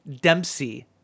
Dempsey